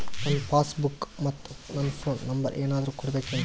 ನನ್ನ passbook ಮತ್ ನನ್ನ ಫೋನ್ ನಂಬರ್ ಏನಾದ್ರು ಕೊಡಬೇಕೆನ್ರಿ?